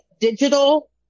digital